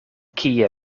kie